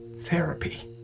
therapy